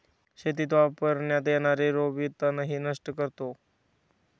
शेतीत वापरण्यात येणारा रोबो तणही नष्ट करतो